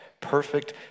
perfect